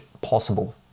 possible